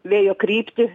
vėjo kryptį